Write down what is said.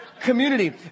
Community